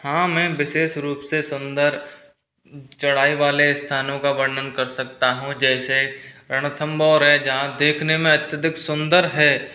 हाँ मैं विशेष रूप से सुंदर चढ़ायी वाले स्थानों का वर्णन कर सकता हूँ जैसे रणथंबोर है जहाँ देखने में अत्यधिक सुंदर है